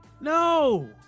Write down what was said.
No